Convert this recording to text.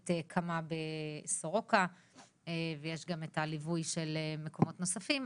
את "קמה" בבית החולים סורוקה ויש גם את הליווי של מקומות נוספים.